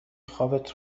خوابت